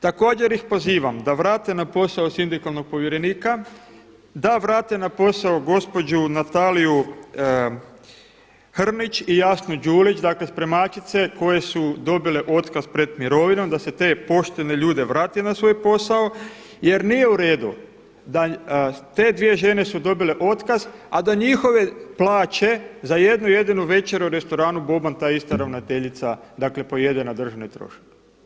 Također ih pozivam da vrate na posao sindikalnog povjerenika, da vrate na posao gospođu Nataliju Hrmić i Jasnu Đulić spremačice koje su dobile otkaz pred mirovinom, da se te poštene ljude vrati na svoj posao jer nije u redu da te dvije žene su dobile otkaz a da njihove plaće za jednu jedinu večeru u restoranu Boban ta ista ravnateljica dakle pojede na državni trošak.